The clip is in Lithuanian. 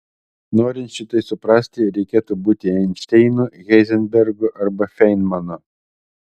norint šitai suprasti reikėtų būti einšteinu heizenbergu arba feinmanu